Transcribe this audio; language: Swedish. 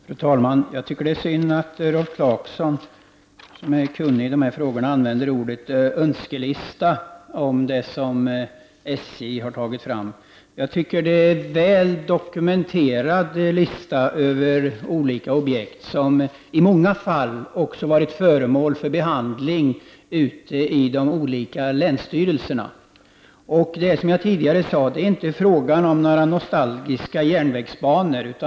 Fru talman! Jag tycker att det är synd att Rolf Clarkson, som är kunnig i dessa frågor, använder ordet önskelista för den uppställning som SJ har tagit fram. Jag tycker att det är en väl dokumenterad lista över olika objekt, som i många fall har varit föremål för behandling ute i de olika länsstyrelserna. Som jag tidigare sade är det inte fråga om några nostalgiska järnvägsbanor.